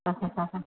आ हा हा हा